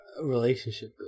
relationship